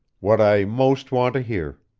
what i most want to hear.